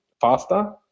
faster